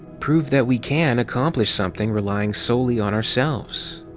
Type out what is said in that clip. prove that we can accomplishing something relying solely on ourselds.